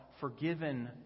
forgiven